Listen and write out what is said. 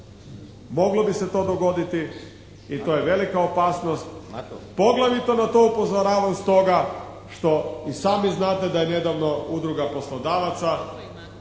Moglo bi se to dogoditi i to je velika opasnost, poglavito na to upozoravam stoga što i sami znate da je nedavno Udruga poslodavaca